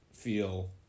feel